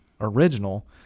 original